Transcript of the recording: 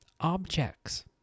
objects